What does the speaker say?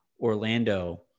Orlando